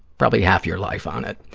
probably half your life on it.